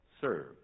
serve